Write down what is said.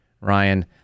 Ryan